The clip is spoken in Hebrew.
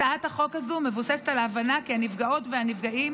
הצעת החוק הזו מבוססת על ההבנה כי הנפגעות והנפגעים